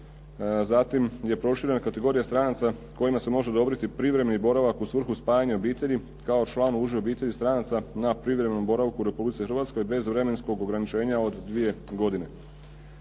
Zatim je proširena kategorija stranaca kojima se može odobriti privremeni boravak u svrhu spajanja obitelji kao člana uže obitelji stranaca na privremenom boravku u Republici Hrvatskoj bez vremenskog ograničenja od dvije godine.